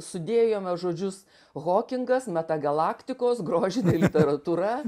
sudėjome žodžius hokingas metagalaktikos grožinė literatūra